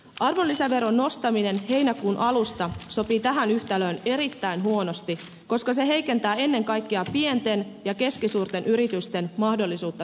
arvonlisäveron nostaminen heinäkuun alusta sopii tähän yhtälöön erittäin huonosti koska se heikentää ennen kaikkea pienten ja keskisuurten yritysten mahdollisuutta työllistää